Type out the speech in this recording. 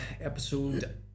episode